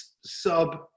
sub